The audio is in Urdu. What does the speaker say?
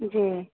جی